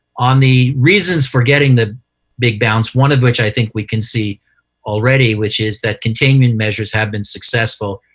on the reasons for getting the big bounce, one of which i think we can see already, which is that containment measures have been successful,